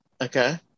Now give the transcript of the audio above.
okay